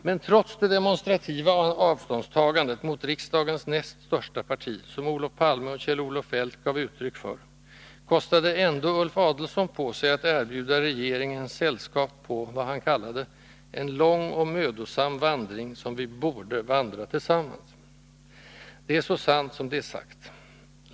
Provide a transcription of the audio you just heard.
Men trots det demonstrativa avståndstagandet mot riksdagens näst största parti, som Olof Palme och Kjell-Olof Feldt gav uttryck för, kostade ändå Ulf Adelsohn på sig att erbjuda regeringen sällskap på ”en lång och mödosam vandring som vi egentligen skulle behöva vandra tillsammans”. Det är så sant som det är sagt.